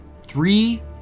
three